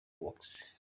works